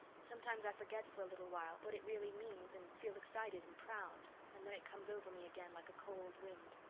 sometimes i forget for a little while what it really means and feel excited and proud and then it comes over me again like a cold wind.